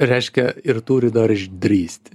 reiškia ir turi dar išdrįsti